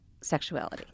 sexuality